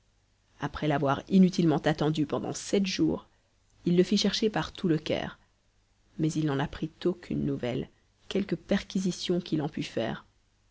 après l'avoir inutilement attendu pendant sept jours il le fit chercher par tout le caire mais il n'en apprit aucune nouvelle quelques perquisitions qu'il en pût faire